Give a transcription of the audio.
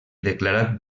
declarat